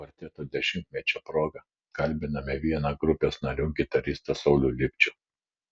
kvarteto dešimtmečio proga kalbiname vieną grupės narių gitaristą saulių lipčių